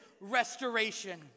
restoration